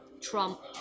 Trump